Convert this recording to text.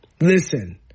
Listen